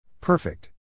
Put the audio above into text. Perfect